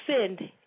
send